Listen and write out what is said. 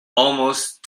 almost